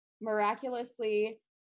miraculously